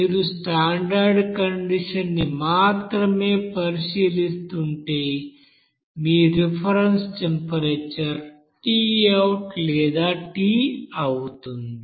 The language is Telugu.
మీరు స్టాండర్డ్ కండిషన్ ని మాత్రమే పరిశీలిస్తుంటే మీ రిఫరెన్స్ టెంపరేచర్ Tout లేదా T అవుతుంది